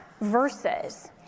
versus